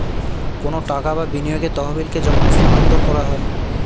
কোনো টাকা বা বিনিয়োগের তহবিলকে যখন স্থানান্তর করা হয়